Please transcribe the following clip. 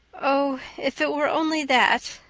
oh, if it were only that,